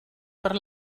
per